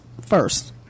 first